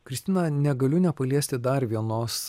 kristina negaliu nepaliesti dar vienos